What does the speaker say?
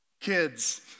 Kids